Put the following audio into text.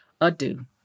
adieu